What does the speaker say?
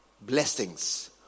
blessings